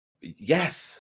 Yes